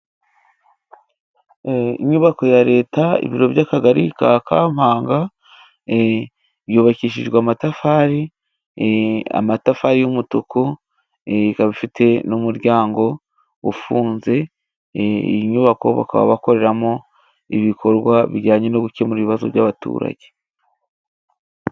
E inyubako ya Leta, ibiro by'Akagari ka Kampanga, e yubakishijwe amatafari,e amatafari y'umutuku e ikaba ifite n'umuryango ufunze,e in nyubako bakaba bakoreramo ibikorwa bijyanye no gukemura ibibazo by'abaturage.